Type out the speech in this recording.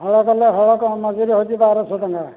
ହଳ କଲେ ହଳ ମଜୁରି ହେଉଛି ବାର ଶହ ଟଙ୍କା